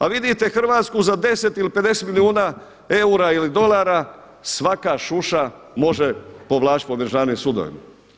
A vidite Hrvatsku za 10 ili 50 milijuna eura ili dolara svaka šuša može povlačiti po državnim sudovima.